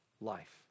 life